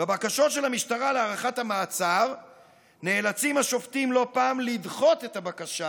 בבקשות של המשטרה להארכת המעצר נאלצים השופטים לא פעם לדחות את הבקשה,